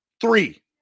Three